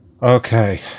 Okay